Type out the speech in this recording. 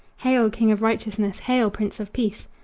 hail! king of righteousness! hail! prince of peace!